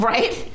Right